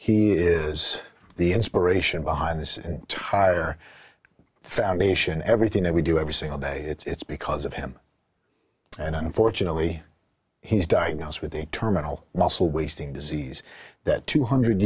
he is the inspiration behind this entire foundation everything that we do every single day it's because of him and unfortunately he's diagnosed with a terminal muscle wasting disease that two hundred